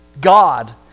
God